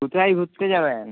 কোথায় ঘুরতে যাবেন